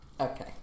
Okay